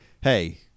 hey